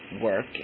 work